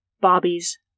Bobby's